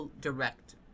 direct